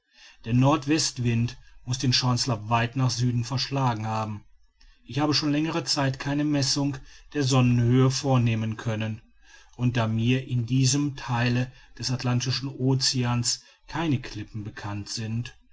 der nordwestwind muß den chancellor weit nach süden verschlagen haben ich habe schon längere zeit keine messung der sonnenhöhe vornehmen können und da mir in diesem theile des atlantischen oceans keine klippen bekannt sind